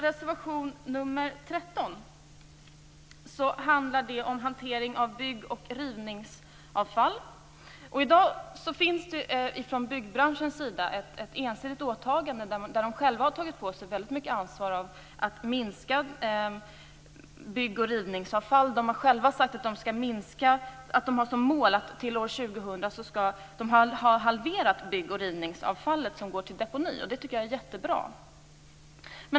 Reservation nr 13 handlar om hanteringen av bygg och rivningsavfall. I dag har byggbranschen ett ensidigt åtagande, där man inom branschen har tagit på sig väldigt mycket ansvar för att minska mängden bygg och rivningsavfall. Man har sagt att man har som mål att till år 2000 ha halverat mängden byggoch rivningsavfall som går till deponi, och det tycker jag är jättebra.